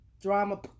drama